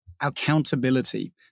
accountability